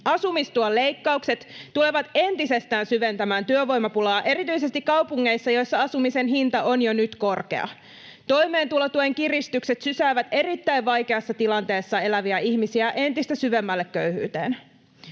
Asumistuen leikkaukset tulevat entisestään syventämään työvoimapulaa erityisesti kaupungeissa, joissa asumisen hinta on jo nyt korkea. Toimeentulotuen kiristykset sysäävät erittäin vaikeassa tilanteessa eläviä ihmisiä entistä syvemmälle köyhyyteen.